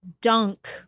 dunk